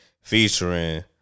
featuring